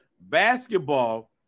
basketball